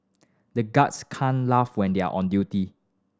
the guards can't laugh when they are on duty